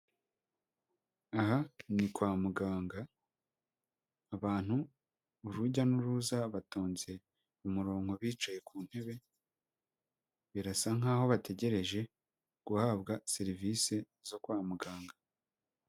Aha ni kwa muganga, abantu urujya n'uruza batonze umurongo bicaye ku ntebe, birasa nk'aho bategereje guhabwa serivise zo kwa muganga.